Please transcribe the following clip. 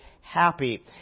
happy